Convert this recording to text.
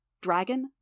Dragon